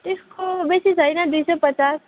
त्यसको बेसी छैन दुई सौ पचास